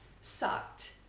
sucked